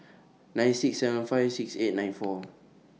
nine six seven five six eight nine four